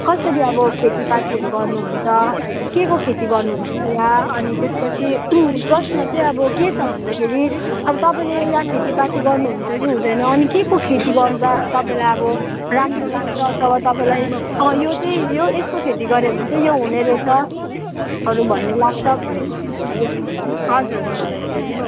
कसरी अब खेतीपातीहरू गर्नुहुन्छ केको खेती गर्नुहुन्छ यहाँ अनि त्यसपछि प्रश्न चाहिँ अब के छ भन्दाखेरि अब तपाईँले यहाँ खेतीपाती गर्नुहुन्छ कि हुँदैन अनि केको खेती गर्नुहुन्छ गर्दा तपाईँलाई अब राम्रो लाग्छ अथवा तपाईँलाई अँ यो चाहिँ यो यसको खेती गऱ्यो भने चाहिँ यो हुने रहेछहरू भन्ने लाग्छ भने कुन कुन चाहिँ हजुर